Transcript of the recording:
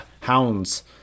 hounds